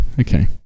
okay